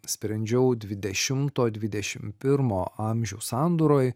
sprendžiau dvidešimto dvidešimt pirmo amžiaus sandūroj